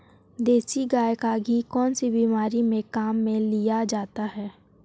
देसी गाय का घी कौनसी बीमारी में काम में लिया जाता है?